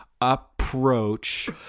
approach